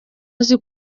azi